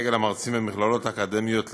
סגל המרצים במכללות האקדמיות לחינוך.